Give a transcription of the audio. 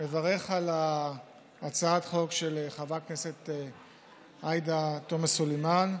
מברך על הצעת החוק של חברת כנסת עאידה תומא סלימאן,